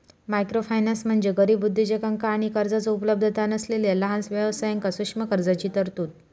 microfinance म्हणजे गरीब उद्योजकांका आणि कर्जाचो उपलब्धता नसलेला लहान व्यवसायांक सूक्ष्म कर्जाची तरतूद